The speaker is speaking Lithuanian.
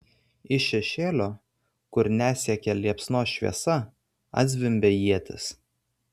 iš šešėlio kur nesiekė liepsnos šviesa atzvimbė ietis